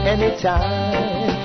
Anytime